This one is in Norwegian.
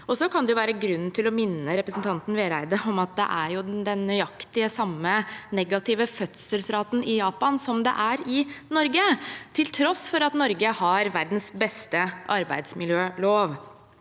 Det kan også være grunn til å minne representanten Vereide om at det er nøyaktig den samme negative fødselsraten i Japan som det er i Norge, til tross for at Norge har verdens beste arbeidsmiljølov.